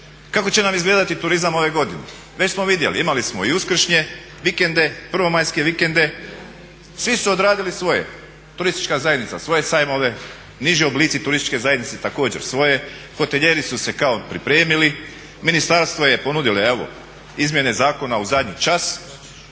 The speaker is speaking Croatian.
Kako će nam izgledati turizam ove godine? već smo vidjeli, imali smo i uskršnje vikende, prvomajske vikende svi su odradili svoje, turistička zajednica svoje sajmove, niži oblici turističke zajednice također svoje, hotelijeri su se kao pripremili, ministarstvo je ponudilo evo izmjene zakona u zadnji čas,